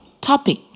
Topic